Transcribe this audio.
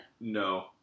No